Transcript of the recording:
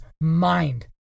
mind